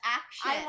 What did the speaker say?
action